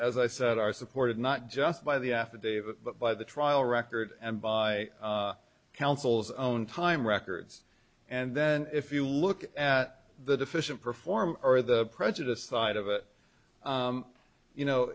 as i said are supported not just by the affidavit but by the trial record and by counsel's own time records and then if you look at the deficient perform or the prejudiced side of it you